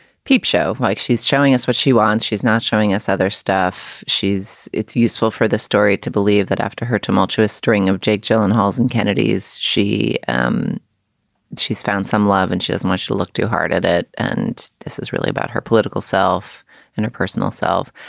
peep show, like she's showing us what she wants. she's not showing us other stuff. she's it's useful for the story to believe that after her tumultuous string of jake gyllenhaal's and kennedies, she um she's found some love and she has much to look too hard at it and this is really about her political self and her personal self.